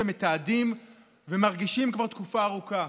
מתעדים ומרגישים כבר תקופה ארוכה,